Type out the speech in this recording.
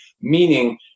Meaning